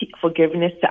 forgiveness